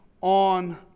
on